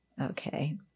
Okay